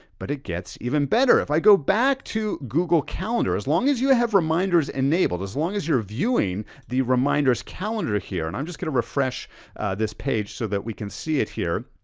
but it gets even better if i go back to google calendar as long as you have reminders enabled, as long as you're viewing the reminders calendar here. and i'm just gonna refresh this page so that we can see it here.